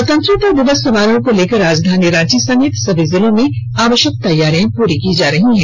स्वतंत्रता दिवस समारोह को लेकर राजधानी रांची समेत सभी जिलों में आवष्यक तैयारियां पूरी की जा रही है